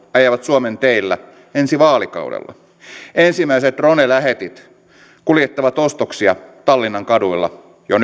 ajavat suomen teillä ensi vaalikaudella ensimmäiset drone lähetit kuljettavat ostoksia tallinnan kaduilla